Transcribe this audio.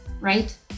right